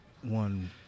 one